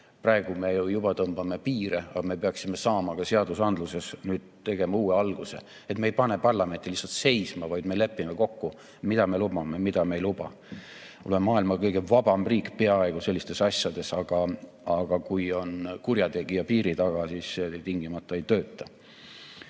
Praegu me juba tõmbame piire, aga me peaksime ka seadusandluses nüüd tegema uue alguse, et me ei pane parlamenti lihtsalt seisma, vaid lepime kokku, mida me lubame ja mida me ei luba. Oleme maailma kõige vabam riik, peaaegu, sellistes asjades, aga kui kurjategija on piiri taga, siis see tingimata ei tööta.